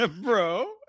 Bro